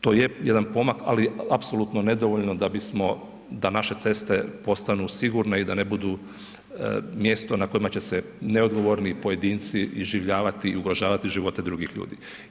To je jedan pomak, ali apsolutno nedovoljno da bismo, da naše ceste postanu sigurne i da ne budu mjesto na kojima će se neodgovorni pojedinci iživljavati i ugrožavati živote drugih ljudi.